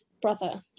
brother